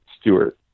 Stewart